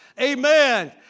amen